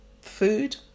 Food